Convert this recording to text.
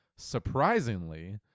surprisingly